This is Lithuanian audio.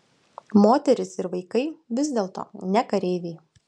moterys ir vaikai vis dėlto ne kareiviai